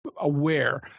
aware